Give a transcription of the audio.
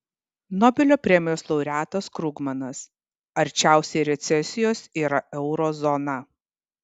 nobelio premijos laureatas krugmanas arčiausiai recesijos yra euro zona